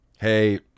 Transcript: hey